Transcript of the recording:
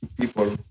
people